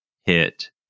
hit